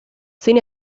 sin